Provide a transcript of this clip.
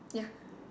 ya